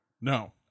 No